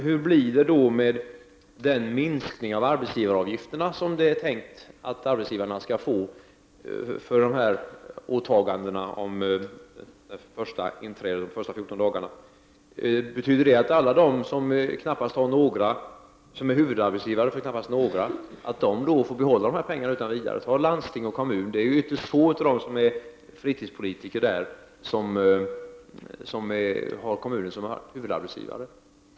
Hur blir det då med den minskning av arbetsgivaravgifterna som det är tänkt att arbetsgivarna skall få för sina åtaganden för inträdet under de första 14 dagarna? Betyder detta att alla de som knappast har någon huvudarbetsgivare utan vidare får behålla sin ersättning? Ytterst få av t.ex. fritidspolitikerna i kommun och landsting har kommunen som huvudarbetsgivare.